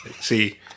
See